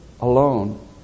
alone